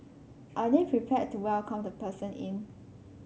are they prepared to welcome the person in